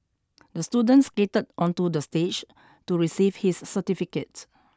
the student skated onto the stage to receive his certificate